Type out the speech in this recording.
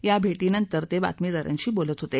या भेटीनंतर ते बातमीदारांशी बोलत होते